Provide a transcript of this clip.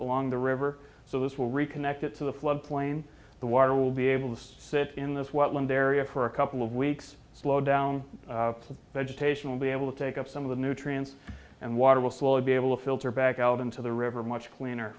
along the river so this will reconnect it to the flood plain the water will be able to sit in this what land area for a couple of weeks slow down the vegetation will be able to take up some of the nutrients and water will slowly be able to filter back out into the river much cleaner